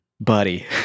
buddy